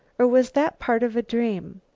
or was that part of a dream?